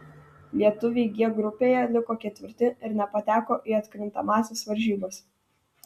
lietuviai g grupėje liko ketvirti ir nepateko į atkrintamąsias varžybas